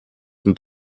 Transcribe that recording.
den